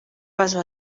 pasó